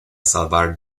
salvar